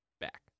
back